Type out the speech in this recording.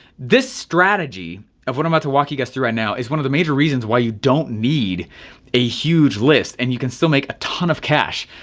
this strategy of what i'm about to walk you guys through right now is one of the major reasons why you don't need a huge list and you can still make a ton of cash.